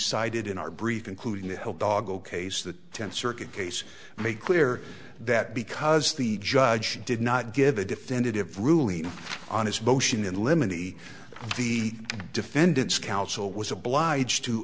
cited in our brief including the help doggo case the tenth circuit case made clear that because the judge did not give a definitive ruling on his motion in limine he the defendant's counsel was obliged to